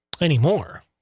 anymore